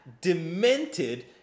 demented